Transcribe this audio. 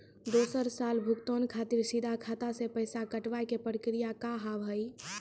दोसर साल भुगतान खातिर सीधा खाता से पैसा कटवाए के प्रक्रिया का हाव हई?